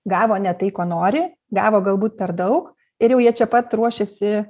gavo ne tai ko nori gavo galbūt per daug ir jau jie čia pat ruošiasi